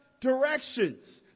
directions